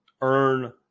earn